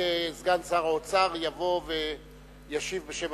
סגן שר האוצר, יבוא וישיב בשם